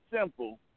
simple